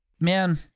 Man